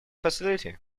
facility